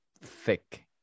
Thick